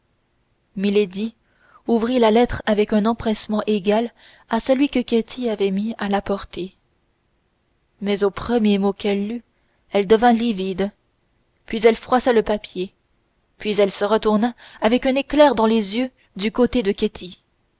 rivale milady ouvrit la lettre avec un empressement égal à celui que ketty avait mis à l'apporter mais au premier mot qu'elle lut elle devint livide puis elle froissa le papier puis elle se retourna avec un éclair dans les yeux du côté de